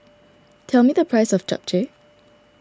tell me the price of Japchae